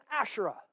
Asherah